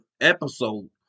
episode